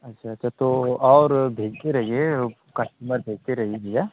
अच्छा अच्छा तो और भेजते रहिए कस्टमर भेजते रहिए भैया